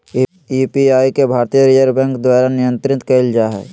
UPI के भारतीय reserve bank द्वारा नियंत्रित कइल जा हइ